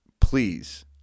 Please